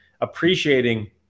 appreciating